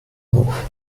auf